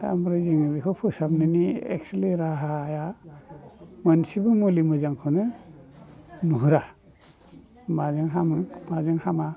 दा ओमफ्राय जोङो बेखौ फोसाबनायनि एक्चुलि राहाया मोनसेबो मुलि मोजांखौनो नुहुरा माजों हामो माजों हामा